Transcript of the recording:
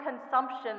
consumption